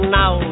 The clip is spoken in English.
now